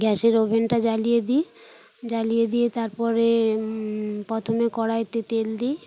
গ্যাসের ওভেনটা জ্বালিয়ে দিই জ্বালিয়ে দিয়ে তার পরে প্রথমে কড়াইতে তেল দিই